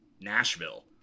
Nashville